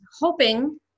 hoping